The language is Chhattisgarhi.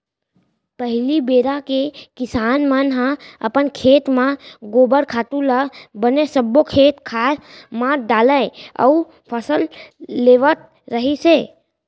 पहिली बेरा के किसान मन ह अपन खेत म गोबर खातू ल बने सब्बो खेत खार म डालय अउ फसल लेवत रिहिस हे